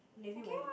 navy won't look cute